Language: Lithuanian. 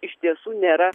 iš tiesų nėra